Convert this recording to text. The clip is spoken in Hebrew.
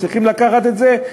צריכים לקחת את זה,